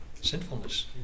sinfulness